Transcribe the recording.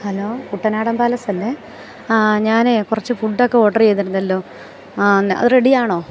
hello Kuttanadan പാലസല്ലേ ആ ഞാനേ കുറച്ച് ഫുഡൊക്കെ ഓഡറ് ചെയ്തിരുന്നല്ലോ ആ അത് റെഡിയാണോ